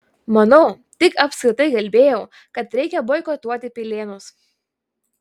manau tik apskritai kalbėjau kad reikia boikotuoti pilėnus